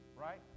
Right